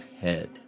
head